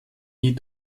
nie